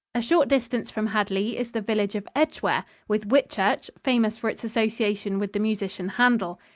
a short distance from hadley is the village of edgeware, with whitchurch, famous for its association with the musician handel.